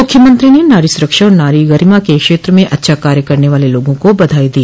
मुख्यमंत्री ने नारी सुरक्षा और नारी गरिमा के क्षेत्र में अच्छा कार्य करने वाले लोगों को बधाई दी